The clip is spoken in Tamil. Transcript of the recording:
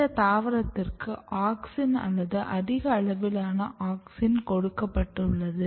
இந்த தாவரதிற்கு ஆக்ஸின் அல்லது அதிக அளவிலான ஆக்ஸின் கொடுக்கப்பட்டுள்ளது